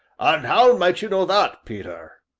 and how might you know that, peter?